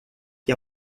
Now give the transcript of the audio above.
que